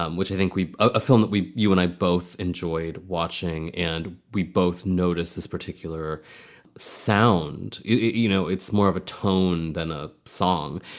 um which i think was a film that we you and i both enjoyed watching and we both noticed this particular sound. you you know, it's more of a tone than a song.